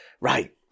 right